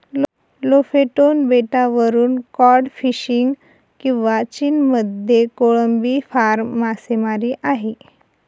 Lofoten बेटावरून cod fishing किंवा चीनमध्ये कोळंबी फार्म मासेमारी आहे